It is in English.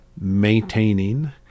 maintaining